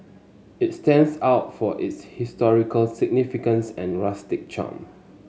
it stands out for its historical significance and rustic charm